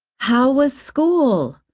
how was school?